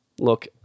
Look